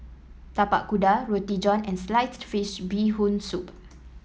Tapak Kuda Roti John and Sliced Fish Bee Hoon Soup